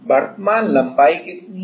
वर्तमान लंबाई कितनी है